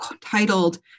titled